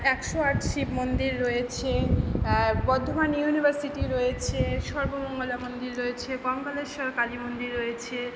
একশো আট শিব মন্দির রয়েছে বর্ধমান ইউনিভার্সিটি রয়েছে সর্বমঙ্গলা মন্দির রয়েছে কঙ্কালেশ্বর কালী মন্দির রয়েছে